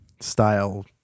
style